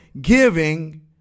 giving